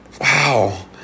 Wow